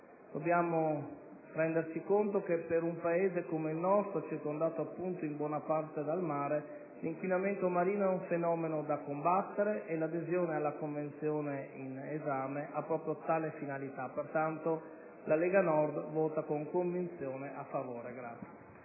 Dobbiamo renderci conto che per un Paese come il nostro, circondato in buona parte dal mare, l'inquinamento marino è un fenomeno da combattere e l'adesione alla Convenzione in esame ha proprio tale finalità. Pertanto la Lega Nord vota, con convinzione, a favore.